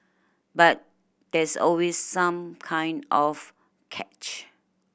but there's always some kind of catch